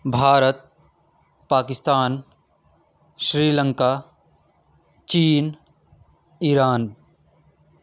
بھارت پاکستان شریلنکا چین ایران